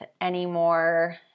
anymore